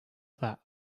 that